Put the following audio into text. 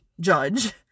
judge